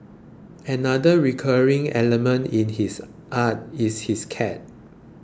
another recurring element in his art is his cat